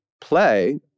play